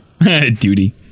Duty